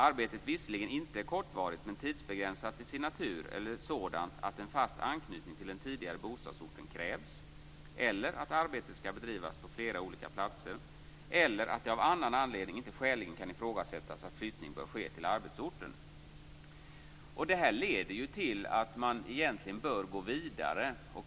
Arbetet är visserligen inte kortvarigt men skall vara tidsbegränsat till sin natur eller sådant att en fast anknytning till den tidigare bostadsorten krävs. Eller så skall arbetet bedrivas på flera olika platser, eller skall det av annan anledningen inte skäligen kunna ifrågasättas att flyttning bör ske till arbetsorten. Detta leder till att man bör gå vidare.